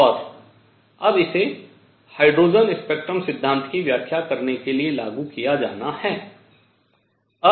और अब इसे हाइड्रोजन स्पेक्ट्रम सिद्धांत की व्याख्या करने के लिए लागू किया जाना चाहिए